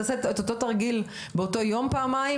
תעשה את אותו תרגיל באותו יום פעמיים,